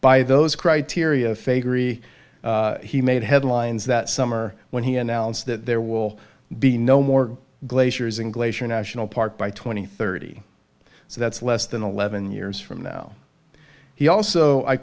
by those criteria fakery he made headlines that summer when he announced that there will be no more glaciers in glacier national park by twenty thirty so that's less than eleven years from now he also i